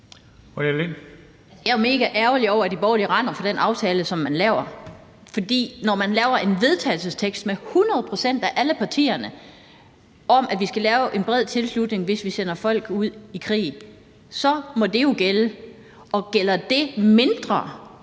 Jeg er mega ærgerlig over, at de borgerlige render fra den vedtagelsestekst, som blev lavet. For når man laver en vedtagelsestekst, som alle partierne står bag, om, at der skal være en bred tilslutning, hvis vi sender folk ud i krig, må det jo gælde. Og så gælder det i mindre